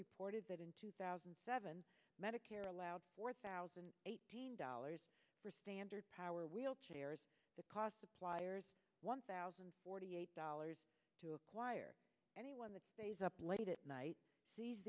reported that in two thousand and seven medicare allowed four thousand and eighteen dollars for standard power wheelchairs the cost suppliers one thousand and forty eight dollars to acquire anyone that stays up late at night sees